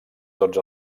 tots